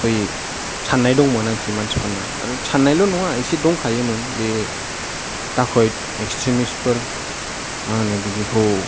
बै साननाय दंमोन आरोखि मानसिफोरनि आरो सान्नायल' नङा एसे दंखायोमोन बे डकाइत एक्सट्रिमिस्ट फोर मा होनो बिदिखौ